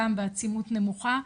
גם בעצימות נמוכה,